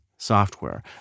Software